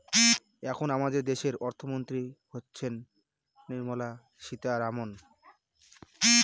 এখন আমাদের দেশের অর্থমন্ত্রী হচ্ছেন নির্মলা সীতারামন